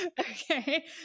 Okay